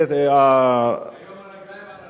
היום הרגליים על הנר.